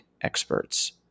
experts